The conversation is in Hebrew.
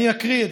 שאני אקריא: